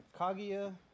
Kaguya